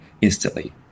instantly